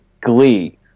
Glee